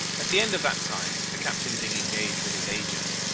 at the end of that time, the captain being engaged with his agents,